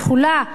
לכולה,